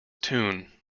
tune